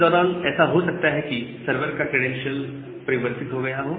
इस दौरान ऐसा हो सकता है कि सर्वर का क्रैडेंशियल्स परिवर्तित हो गया हो